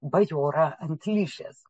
bajorą ant ližės